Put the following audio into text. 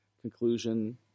conclusion